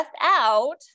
out